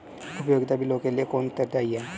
उपयोगिता बिलों के लिए कौन उत्तरदायी है?